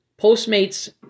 Postmates